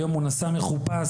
היום הוא נסע מחופש,